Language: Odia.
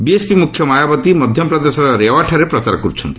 ବିଏସ୍ପି ମୁଖ୍ୟ ମାୟାବତୀ ମଧ୍ୟପ୍ରଦେଶର ରେଓ୍ୱାଠାରେ ପ୍ରଚାର କରୁଛନ୍ତି